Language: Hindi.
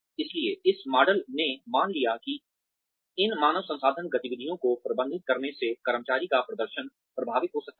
इसलिए इस मॉडल ने मान लिया कि इन मानव संसाधन गतिविधियों को प्रबंधित करने से कर्मचारी का प्रदर्शन प्रभावित हो सकता है